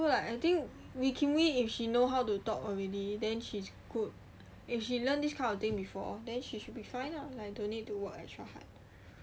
so lah I think if she know how to talk already then she's good and she learn this kind of thing before then she should be fine lah no need to work extra hard